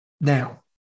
now